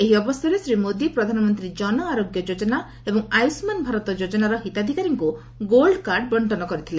ଏହି ଅବସରରେ ଶ୍ରୀ ମୋଦି ପ୍ରଧାନମନ୍ତ୍ରୀ କନ ଆରୋଗ୍ୟ ଯୋଜନା ଏବଂ ଆୟୁଷ୍ମାନ ଭାରତ ଯୋଜନାର ହିତାଧିକାରୀଙ୍କୁ ଗୋଲ୍ଡ କାର୍ଡ ମଧ୍ୟ ବଣ୍ଟନ କରିଥିଲେ